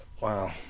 Wow